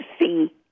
see